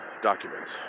documents